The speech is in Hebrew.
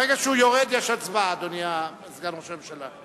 ברגע שהוא יורד יש הצבעה, אדוני סגן ראש הממשלה.